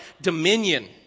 dominion